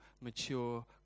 mature